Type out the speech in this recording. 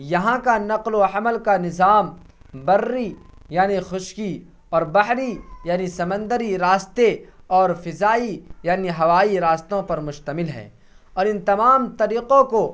یہاں کا نقل و حمل کا نظام بری یعنی خشکی اور بحری یعنی سمندری راستے اور فضائی یعنی ہوائی راستوں پر مشتمل ہے اور ان تمام طریقوں کو